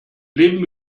leben